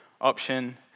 option